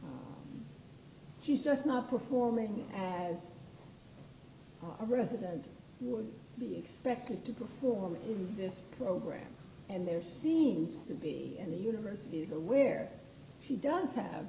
he's just not performing as a resident would be expected to perform in this program and there seems to be in the universe is aware he does